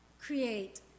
create